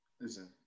Listen